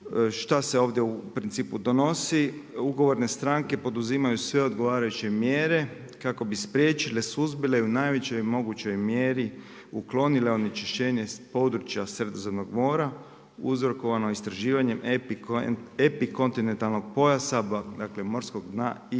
šta se ovdje u principu donosi, ugovorne stranke poduzimaju sve odgovarajuće mjere kako bi spriječile, suzbile i u najvećoj mogućoj mjeri uklonile onečišćenje s područja Sredozemnog mora, uzrokovano istraživanje epikontinentalnog pojasa, dakle, morskog dna i